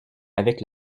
avec